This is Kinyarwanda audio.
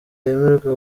yemerwe